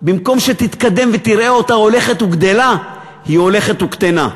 במקום שתתקדם ותראה אותה הולכת וגדלה היא הולכת וקטנה.